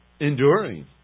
enduring